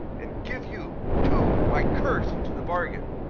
and give you, too, my curse into the bargain.